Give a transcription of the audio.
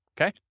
Okay